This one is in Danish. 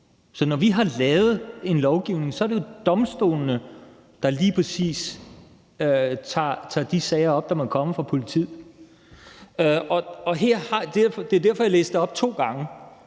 Så når vi har lavet en lovgivning, er det jo domstolene, der lige præcis tager de sager op, der måtte komme fra politiet. Det er derfor, jeg læste det op to gange.